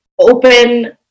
open